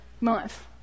month